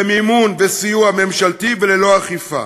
במימון וסיוע ממשלתי וללא אכיפה.